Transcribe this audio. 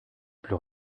plus